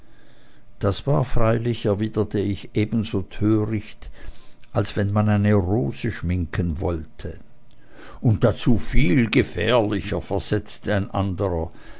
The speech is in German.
das war freilich erwiderte ich ebenso töricht als wenn man eine rose schminken wollte und dazu viel gefährlicher versetzte ein anderer